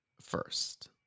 first